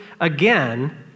again